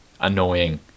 annoying